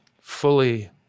fully